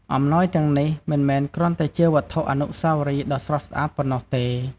អំណោយទាំងនេះ មិនមែនគ្រាន់តែជាវត្ថុអនុស្សាវរីយ៍ដ៏ស្រស់ស្អាតប៉ុណ្ណោះទេ។